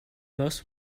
most